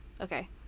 Okay